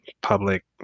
public